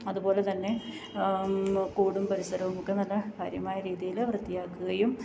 അതുപോലെത്തന്നെ കൂടും പരിസരവുമൊക്കെ നല്ല കാര്യമായ രീതിയിൽ വൃത്തിയാക്കുകയും